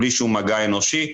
בלי שום מגע אנושי.